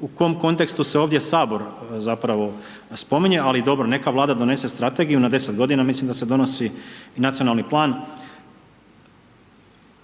u kojem kontekstu se ovdje Sabor zapravo spominje ali dobro, neka Vlada donese strategiju na 10 g., mislim da se donosi i nacionalni plan.